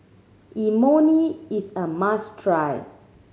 imoni is a must try